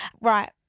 Right